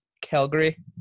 calgary